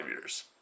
years